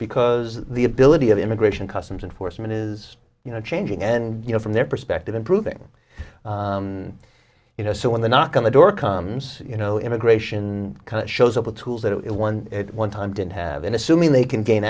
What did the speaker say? because the ability of immigration customs enforcement is you know changing and you know from their perspective improving you know so when the knock on the door comes you know immigration kind of shows up with tools that it won one time didn't have in assuming they can gain